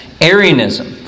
Arianism